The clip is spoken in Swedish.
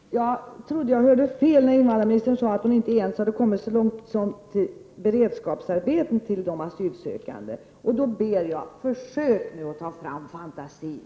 Herr talman! Jag trodde att jag hörde fel när invandrarministern sade att hon inte ens hade kommit så långt som till att tänka på beredskapsarbeten för de asylsökande. Då ber jag: Försök nu att ta fram fantasin.